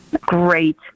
Great